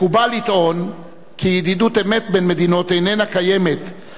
מקובל לטעון כי ידידות אמת בין מדינות איננה קיימת,